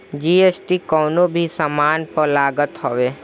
GST कवनो भी सामान पअ लागत हवे